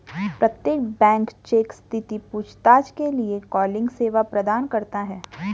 प्रत्येक bank cheque स्थिति पूछताछ के लिए कॉलिंग सेवा प्रदान करता हैं